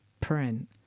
print